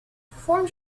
performed